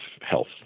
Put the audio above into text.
health